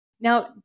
Now